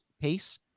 pace